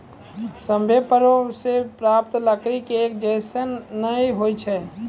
सभ्भे पेड़ों सें प्राप्त लकड़ी एक जैसन नै होय छै